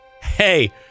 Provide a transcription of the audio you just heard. hey